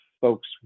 folks